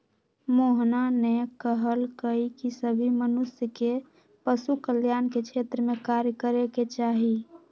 मोहना ने कहल कई की सभी मनुष्य के पशु कल्याण के क्षेत्र में कार्य करे के चाहि